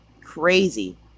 Crazy